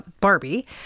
Barbie